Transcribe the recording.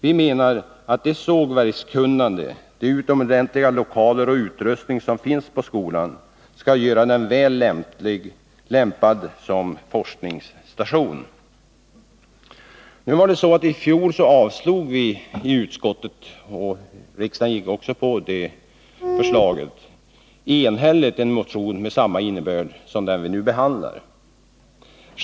Vi menar att det sågverkskunnande, de utomordentliga lokaler och den utrustning som finns på skolan skulle göra den väl lämpad som forskningsstation. Nu är det så att i fjol avstyrkte vi i utskottet — och riksdagen följde utskottets förslag — enhälligt en motion av samma innebörd som motion 1980/81:1468 som vi nu behandlar.